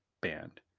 band